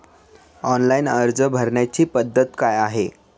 Online अर्ज भरण्याची पद्धत काय आहे?